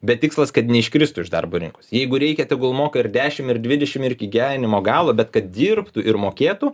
bet tikslas kad neiškristų iš darbo rinkos jeigu reikia tegul moka ir dešimt ir dvidešimt ir iki gyvenimo galo bet kad dirbtų ir mokėtų